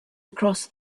across